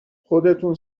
خودتون